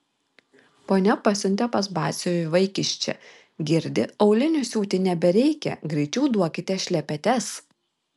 ponia pasiuntė pas batsiuvį vaikiščią girdi aulinių siūti nebereikia greičiau duokite šlepetes